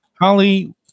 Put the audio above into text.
Holly